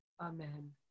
Amen